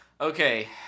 okay